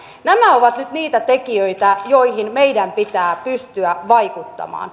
nämä ovat nyt niitä tekijöitä joihin meidän pitää pystyä vaikuttamaan